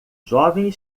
jovem